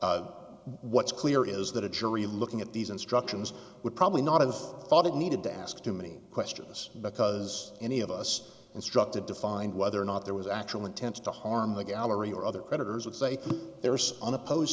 what's clear is that a jury looking at these instructions would probably not of thought it needed to ask too many questions because any of us instructed to find whether or not there was actual intent to harm the gallery or other creditors would say there's unoppose